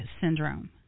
syndrome